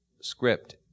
script